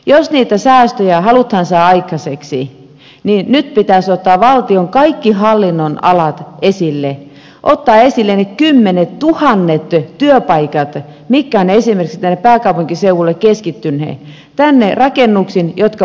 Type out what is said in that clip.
jos niitä säästöjä halutaan saada aikaiseksi niin nyt pitäisi ottaa valtion kaikki hallinnonalat esille ottaa esille ne kymmenettuhannet työpaikat mitkä ovat esimerkiksi tänne pääkaupunkiseudulle keskittyneet tänne rakennuksiin jotka ovat kalliita